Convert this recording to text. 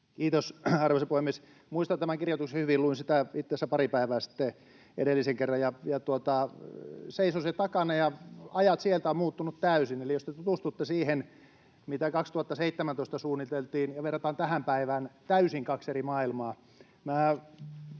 Kiitos, arvoisa puhemies! Muistan tämän kirjoituksen hyvin. Luin sitä itse asiassa pari päivää sitten edellisen kerran, ja seison sen takana, ja ajat sieltä ovat muuttuneet täysin. Eli jos te tutustutte siihen, mitä 2017 suunniteltiin, ja verrataan sitä tähän päivään: täysin kaksi eri maailmaa.